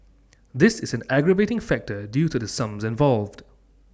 this is an aggravating factor due to the sums involved